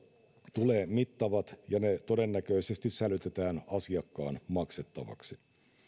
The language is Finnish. tulee mittavat ja ne todennäköisesti sälytetään asiakkaan maksettavaksi